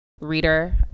reader